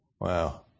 Wow